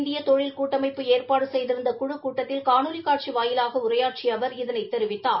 இந்திய தொழில் கூட்டமைப்பு ஏற்பாடு செய்திருந்த குழுக் கூட்டத்தில் காணொலி காட்சி வாயிலாக உரையாற்றி அவர் இதனைத் தெரிவித்தார்